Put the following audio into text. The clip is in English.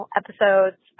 episodes